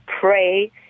pray